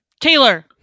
Taylor